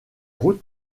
routes